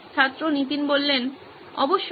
ছাত্র নীতিন অবশ্যই